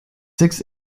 six